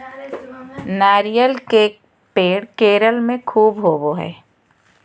नारियल के पेड़ केरल में ख़ूब होवो हय